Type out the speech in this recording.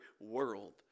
world